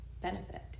benefit